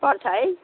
पर्छ है